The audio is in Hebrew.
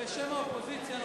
בשם האופוזיציה,